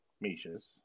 Misha's